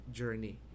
journey